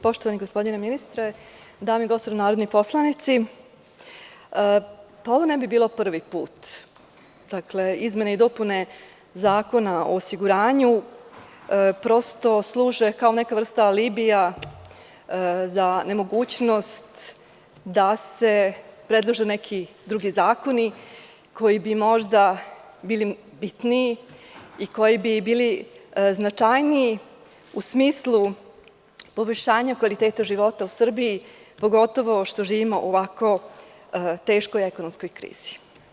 Poštovani gospodine ministre, dame i gospodo narodni poslanici, ovo ne bi bilo prvi put, izmene i dopune Zakona o osiguranju prosto služe kao neka vrsta alibija za nemogućnost da se predlože neki drugi zakoni koji bi možda bili bitniji i koji bi bili značajniji u smislu poboljšanja kvaliteta života u Srbiji, pogotovo što živimo u ovako teškoj ekonomskoj krizi.